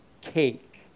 cake